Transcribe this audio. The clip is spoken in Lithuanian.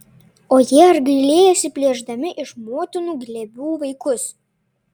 o jie ar gailėjosi plėšdami iš motinų glėbių vaikus